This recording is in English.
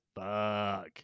fuck